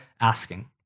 asking